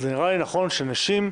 נראה לי נכון שאנשים,